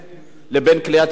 לבין כלי התקשורת,